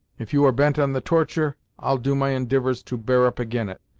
if you are bent on the tortur', i'll do my indivours to bear up ag'in it,